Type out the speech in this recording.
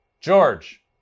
George